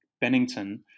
Bennington